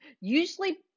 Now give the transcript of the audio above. usually